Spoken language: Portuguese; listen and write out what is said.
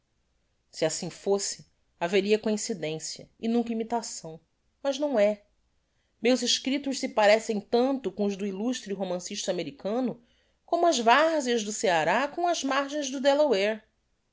si assim fosse haveria coincidencia e nunca imitação mas não é meus escriptos se parecem tanto com os do illustre romancista americano como as varzeas do ceará com as margens do delaware